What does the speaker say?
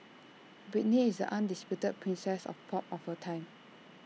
Britney is the undisputed princess of pop of her time